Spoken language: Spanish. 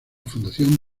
fundación